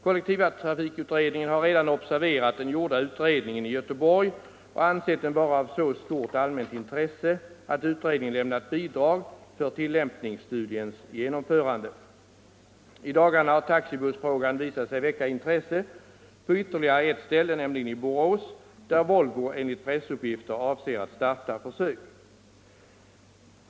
Kollektivtrafikutredningen har redan observerat den gjorda utredningen i Göteborg och ansett den vara av så stort allmänt intresse att utredningen lämnat bidrag för tillämpningsstudiens genomförande. I dagarna har taxibussfrågan visat sig väcka intresse på ytterligare ett ställe, nämligen i Borås, där Volvo enligt pressuppgifter avser att starta försök.